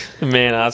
Man